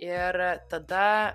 ir tada